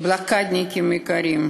יעקובלב, בלוקדניקים יקרים,